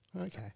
Okay